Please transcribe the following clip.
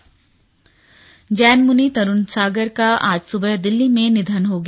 slug Tarun Sagar Jain मुनि तरुण सागर का आज सुबह दिल्ली में निधन हो गया